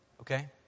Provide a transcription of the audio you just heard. Okay